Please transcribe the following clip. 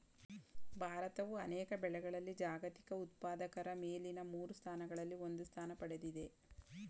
ಭಾರತವು ಅನೇಕ ಬೆಳೆಗಳಲ್ಲಿ ಜಾಗತಿಕ ಉತ್ಪಾದಕರ ಮೇಲಿನ ಮೂರು ಸ್ಥಾನಗಳಲ್ಲಿ ಒಂದು ಸ್ಥಾನ ಪಡೆದಿದೆ